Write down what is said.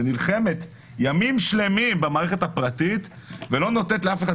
שנלחמת ימים שלמים במערכת הפרטית ולא נותנת לאף אחד.